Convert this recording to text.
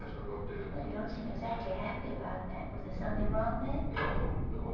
i looked in. well, you don't seem exactly happy about that. was there something wrong there? no,